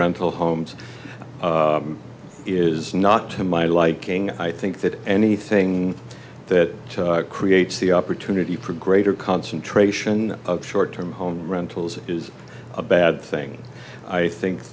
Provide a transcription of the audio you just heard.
rental homes is not to my liking i think that anything that creates the opportunity for greater concentration of short term home rentals is a bad thing i think